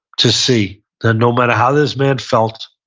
to see. no matter how this man felt,